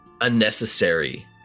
Unnecessary